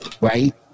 Right